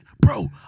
bro